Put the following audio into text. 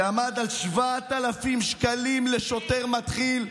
את שכר השוטרים, שעמד על 7,000 שקלים לשוטר מתחיל,